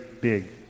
big